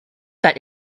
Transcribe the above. that